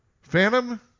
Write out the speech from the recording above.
Phantom